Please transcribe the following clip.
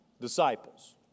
disciples